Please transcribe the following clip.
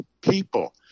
people